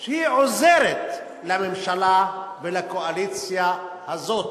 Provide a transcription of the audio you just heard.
שהוא עוזר לממשלה ולקואליציה הזאת,